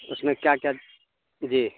اس میں کیا کیا جی